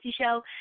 Show